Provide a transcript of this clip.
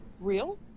real